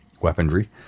weaponry